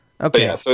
Okay